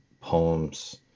poems